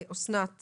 אסנת